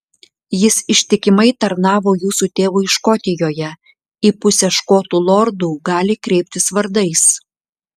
jis ištikimai tarnavo jūsų tėvui škotijoje į pusę škotų lordų gali kreiptis vardais